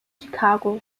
chicago